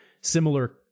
similar